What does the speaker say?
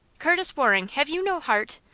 curtis waring, have you no heart?